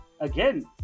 Again